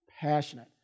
passionate